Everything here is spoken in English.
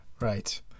Right